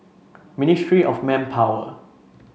Ministry of Manpower